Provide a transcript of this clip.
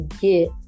get